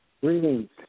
Greetings